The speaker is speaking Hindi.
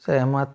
सहमत